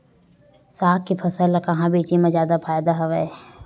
साग के फसल ल कहां बेचे म जादा फ़ायदा हवय?